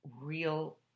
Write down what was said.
real